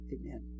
Amen